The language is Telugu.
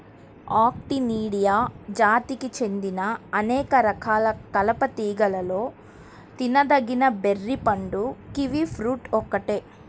ఆక్టినిడియా జాతికి చెందిన అనేక రకాల కలప తీగలలో తినదగిన బెర్రీ పండు కివి ఫ్రూట్ ఒక్కటే